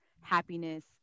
happiness